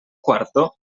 quarto